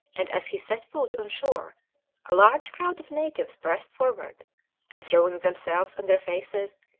and as he set foot on shore a large crowd of natives pressed forward and, throwing themselves on their faces,